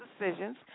decisions